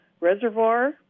Reservoir